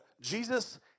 Jesus